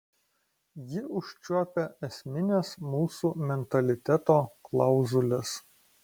ji užčiuopia esmines mūsų mentaliteto klauzules